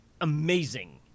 amazing